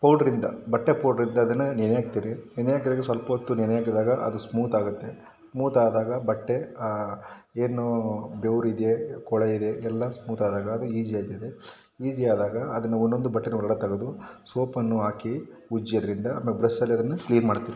ಪೌಡ್ರಿಂದ ಬಟ್ಟೆ ಪೌಡ್ರಿಂದ ಅದನ್ನ ನೆನೆ ಹಾಕ್ತೀರಿ ನೆನೆ ಹಾಕಿದಾಗ ಸ್ವಲ್ಪ ಹೊತ್ತು ನೆನೆ ಹಾಕಿದಾಗ ಅದು ಸ್ಮೂತಾಗುತ್ತೆ ಸ್ಮೂತಾದಾಗ ಬಟ್ಟೆ ಏನು ಬೆವರಿದೆ ಕೊಳೆಯಿದೆ ಎಲ್ಲ ಸ್ಮೂತಾದಾಗ ಅದು ಈಜಿ ಆಗಿದೆ ಈಜಿ ಆದಾಗ ಅದನ್ನು ಒಂದೊಂದು ಬಟ್ಟೆನ ಹೊರಗಡೆ ತೆಗೆದು ಸೋಪನ್ನು ಹಾಕಿ ಉಜ್ಜಿ ಅದರಿಂದ ಬ್ರಷಲ್ಲಿ ಅದನ್ನು ಕ್ಲೀನ್ ಮಾಡ್ತೀವಿ